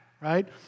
right